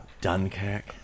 Dunkirk